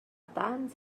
tants